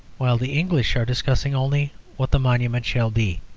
while the english are discussing only what the monument shall be.